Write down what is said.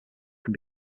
can